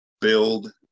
build